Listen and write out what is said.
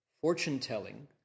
fortune-telling